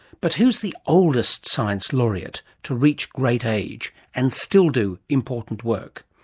but who's the oldest science laureate to reach great age and still do important work?